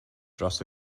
dros